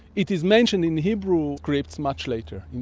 it is mentioned in hebrew scripts much later,